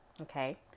Okay